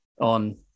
on